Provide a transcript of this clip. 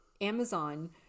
Amazon